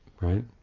right